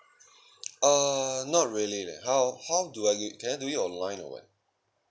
uh not really leh how how do I ge~ can I do it online or what